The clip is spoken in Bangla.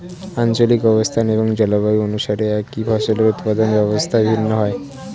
আঞ্চলিক অবস্থান এবং জলবায়ু অনুসারে একই ফসলের উৎপাদন ব্যবস্থা ভিন্ন হয়